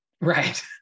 right